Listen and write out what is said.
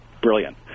brilliant